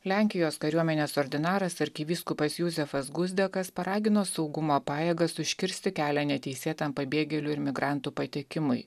lenkijos kariuomenės ordinaras arkivyskupas juzefas guzdekas paragino saugumo pajėgas užkirsti kelią neteisėtam pabėgėlių ir migrantų patekimui